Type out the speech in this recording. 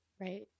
Right